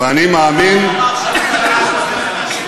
ואני מאמין, הוא אמר שהממשלה הקודמת אשמה.